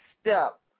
step